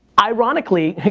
ironically,